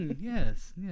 Yes